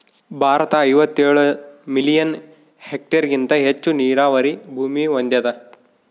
ಭಾರತ ಐವತ್ತೇಳು ಮಿಲಿಯನ್ ಹೆಕ್ಟೇರ್ಹೆಗಿಂತ ಹೆಚ್ಚು ನೀರಾವರಿ ಭೂಮಿ ಹೊಂದ್ಯಾದ